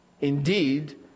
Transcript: Indeed